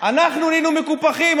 אנחנו המקופחים.